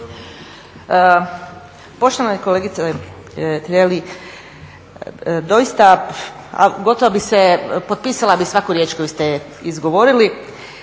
Poštovana kolegice Tireli, doista gotovo bih se potpisala bih svaku riječ koju ste izgovorili.